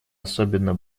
особенно